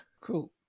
Cool